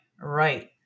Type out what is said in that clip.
Right